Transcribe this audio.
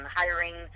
hiring